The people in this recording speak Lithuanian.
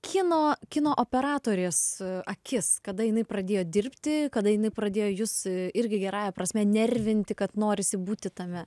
kino kino operatorės akis kada jinai pradėjo dirbti kada jinai pradėjo jus irgi gerąja prasme nervinti kad norisi būti tame